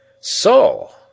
So